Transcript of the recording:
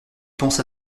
pense